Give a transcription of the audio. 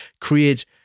create